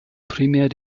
primär